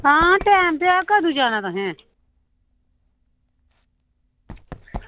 आं टैम ते ऐ कदूं जाना तुसें